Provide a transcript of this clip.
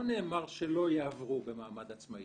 לא נאמר שלא יעברו במעמד עצמאי.